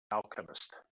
alchemist